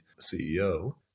CEO